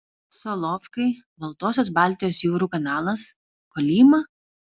solovkai baltosios baltijos jūrų kanalas kolyma